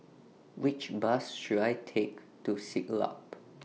Which Bus should I Take to Siglap